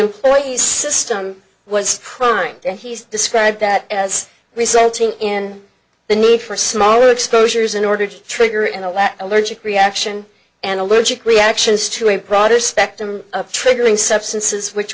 employee's system was primed and he's described that as resulting in the need for smaller exposures in order to trigger and all that allergic reaction and allergic reactions to a broader spectrum of triggering substances which